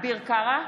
אביר קארה,